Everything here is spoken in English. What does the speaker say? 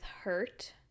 hurt